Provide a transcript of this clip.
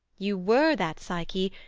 you were that psyche,